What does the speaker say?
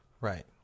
Right